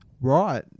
Right